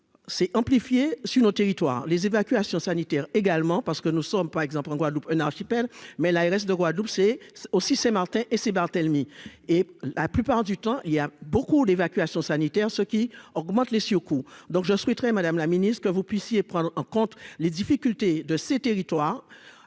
s'est amplifié sur nos territoires les évacuations sanitaires également parce que nous sommes par exemple en Guadeloupe, un archipel mais l'ARS de Guadeloupe, c'est aussi, c'est Martin et ses Barthélemy, et la plupart du temps il y a beaucoup d'évacuation sanitaire, ce qui augmente les surcoûts, donc je souhaiterais, Madame la Ministre, que vous puissiez prendre en compte les difficultés de ces territoires,